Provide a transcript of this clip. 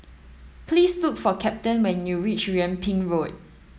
please look for Captain when you reach Yung Ping Road